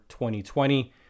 2020